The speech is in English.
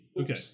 Okay